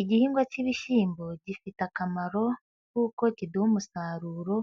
Igihingwa cy'ibishyimbo gifite akamaro, kuko kiduha umusaruro